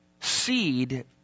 seed